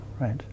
right